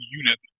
unit